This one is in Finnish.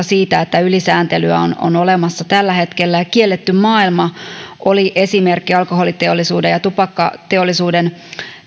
siitä että ylisääntelyä on on olemassa tällä hetkellä ja kielletty maailma oli esimerkki alkoholiteollisuuden ja tupakkateollisuuden